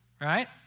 right